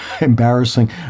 embarrassing